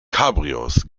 cabrios